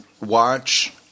watch